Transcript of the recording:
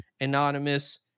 anonymous